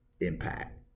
impact